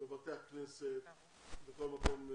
בבתי כנסת ובכל מקום,